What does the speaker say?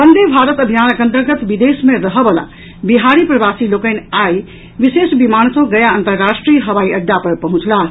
वंदे भारत अभियानक अन्तर्गत विदेश मे रहऽ वला बिहारी प्रवासी लोकनि आइ विशेष विमान सँ गया अन्तर्राष्ट्रीय हवाई अड्डा पर पहुंचलाह